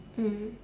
mm